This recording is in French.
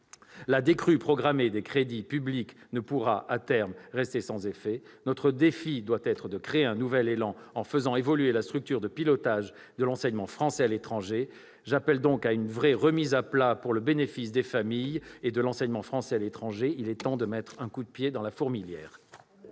La décrue programmée des crédits publics ne pourra pas, à terme, rester sans effets. Notre ambition doit être de créer un nouvel élan en faisant évoluer la structure de pilotage de l'enseignement français à l'étranger. J'appelle donc à une vraie remise à plat au bénéfice des familles et de l'enseignement français à l'étranger. Il est temps de mettre un coup de pied dans la fourmilière